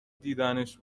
دیدنش